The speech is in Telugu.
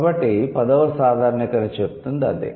కాబట్టి 10 వ సాధారణీకరణ చెప్తుంది అదే